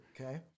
Okay